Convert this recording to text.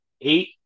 eight